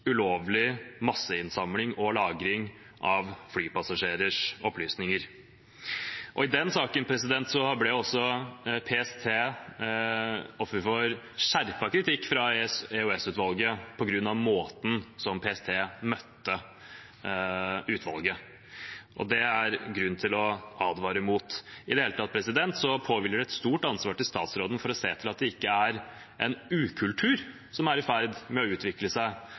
ulovlig masseinnsamling og lagring av opplysninger om flypass. I den saken ble PST også offer for skjerpet kritikk fra EOS-utvalget, på grunn av måten PST møtte utvalget på. Det er det grunn til å advare mot. I det hele tatt påhviler det statsråden et stort ansvar for å se til at det ikke er en ukultur som er i ferd med å utvikle seg